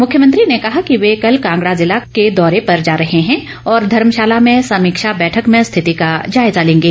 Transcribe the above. मुख्यमंत्री ने कहा कि वे कल कांगड़ा जिला के दौरे पर जा रहे है और धर्मशाला में समीक्षा बैठक में स्थिति का जायजा लेंगे